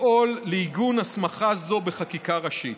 לפעול לעיגון הסמכה זו בחקיקה ראשית.